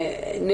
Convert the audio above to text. אני מודה לך.